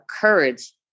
courage